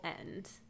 end